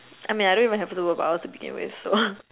I mean I don't even have superpowers to begin with so